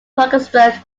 parkersburg